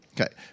Okay